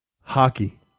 hockey